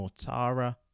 Mortara